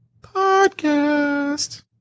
PODCAST